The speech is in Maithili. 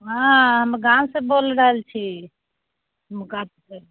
हाँ हम गाँवसँ बोल रहल छी